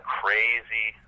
crazy